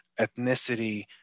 ethnicity